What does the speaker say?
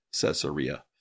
Caesarea